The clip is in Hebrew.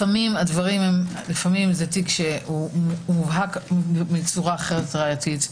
לפעמים זה תיק שהוא מובהק ראייתית,